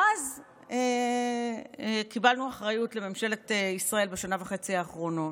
ואז קיבלנו אחריות על ממשלת ישראל בשנה וחצי האחרונות,